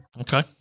okay